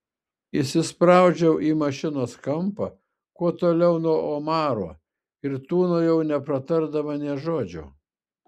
įsispraudžiau į mašinos kampą kuo toliau nuo omaro ir tūnojau nepratardama nė žodžio